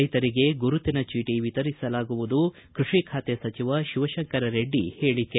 ರೈತರಿಗೆ ಗುರುತಿನ ಚೀಟಿ ವಿತರಿಸಲಾಗುವುದು ಕೃಷಿ ಖಾತೆ ಸಚಿವ ಶಿವಶಂಕರರೆಡ್ಡಿ ಹೇಳಿಕೆ